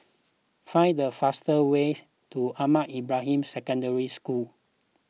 find the faster way to Ahmad Ibrahim Secondary School